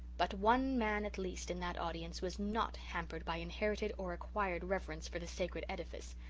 but one man at least in that audience was not hampered by inherited or acquired reverence for the sacred edifice.